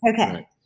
Okay